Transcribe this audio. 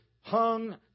hung